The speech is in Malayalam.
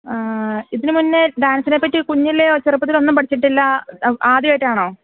ഇതിനു മുന്നേ ഡാൻസിനെപ്പറ്റി കുഞ്ഞില് ചെറുപ്പത്തിലൊന്നും പഠിച്ചിട്ടില്ല ആദ്യമായിട്ടാണോ